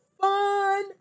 Fun